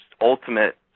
ultimate